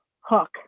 hook